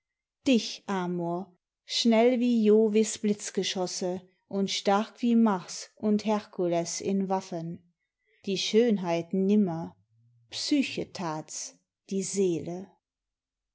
dich amor schnell wie jovis blitzgeschosse und stark wie mars und hercules in waffen die schönheit nimmer psyche thats die seele